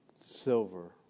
silver